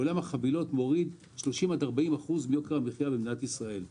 עולם החבילות מוריד 30% עד 40% מיוקר המחייה במדינת ישראל,